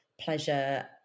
pleasure